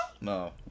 No